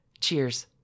Cheers